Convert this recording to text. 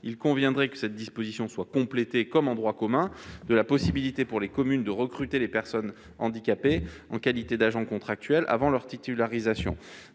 il conviendrait que cette disposition soit complétée, comme en droit commun, par la possibilité, pour les communes, de recruter des personnes handicapées en qualité d'agent contractuel, avant leur titularisation.